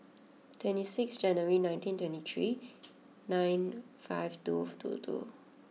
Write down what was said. twenty six January nineteen twenty three nine five two two two